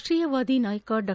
ರಾಷ್ಟೀಯವಾದಿ ನಾಯಕ ಡಾ